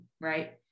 Right